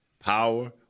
power